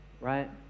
right